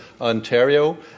Ontario